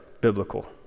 biblical